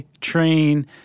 train